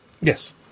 Yes